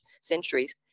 centuries